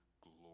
glory